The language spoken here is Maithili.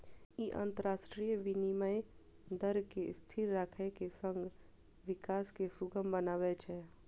ई अंतरराष्ट्रीय विनिमय दर कें स्थिर राखै के संग विकास कें सुगम बनबै छै